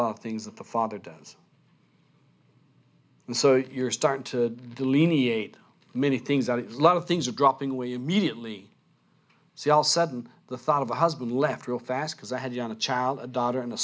lot of things that the father does and so you're starting to delineate many things that a lot of things are dropping away immediately see all sudden the thought of a husband left real fast because i had you on a child a daughter and